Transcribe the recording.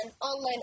online